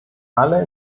alle